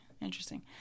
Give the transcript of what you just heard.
Interesting